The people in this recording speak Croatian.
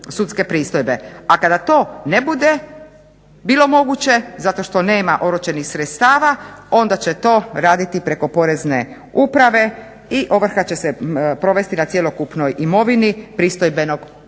A kada to ne bude bilo moguće zato što nema oročenih sredstava, onda će to raditi preko Porezne uprave i ovrha će se provesti na cjelokupnoj imovini pristojbenog